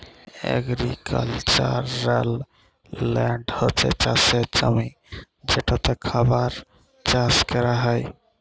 agricultural land হছে চাষের জমি যেটতে খাবার চাষ ক্যরা হ্যয়